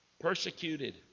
Persecuted